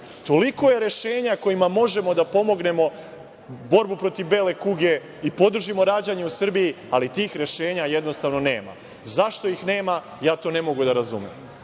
Toliko je rešenja kojima možemo da pomognemo borbu protiv bele kuge i podržimo rađanje u Srbiji, ali tih rešenja jednostavno nema. Zašto ih nema, ja to ne mogu da razumem. Godinu